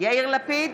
יאיר לפיד,